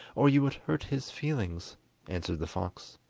or you would hurt his feelings answered the fox.